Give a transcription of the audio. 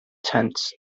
tents